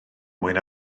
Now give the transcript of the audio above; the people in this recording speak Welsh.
mwyn